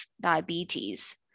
diabetes